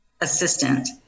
assistant